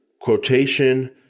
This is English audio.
quotation